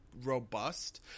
robust